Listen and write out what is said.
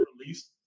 released